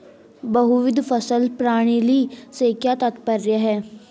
बहुविध फसल प्रणाली से क्या तात्पर्य है?